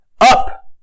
Up